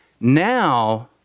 Now